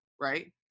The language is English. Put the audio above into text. right